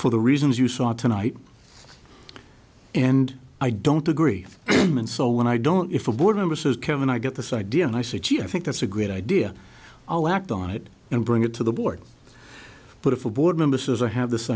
for the reasons you saw tonight and i don't agree and so when i don't if a board member says kevin i get this idea and i said she i think that's a great idea i'll act on it and bring it to the board but if a board member says i have this